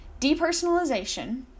Depersonalization